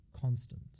constant